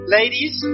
ladies